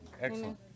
Excellent